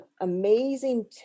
amazing